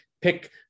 pick